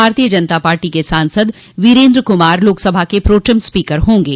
भारतीय जनता पार्टी के सांसद वीरेंद्र कुमार लोकसभा के प्रोटेम स्पीकर होंगे